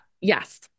Yes